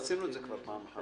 עשינו את זה כבר פעם אחת,